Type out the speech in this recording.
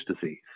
disease